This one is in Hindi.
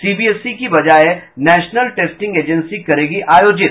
सीबीएसई की बजाय नेशनल टेस्टिंग एजेंसी करेगी आयोजित